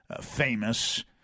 famous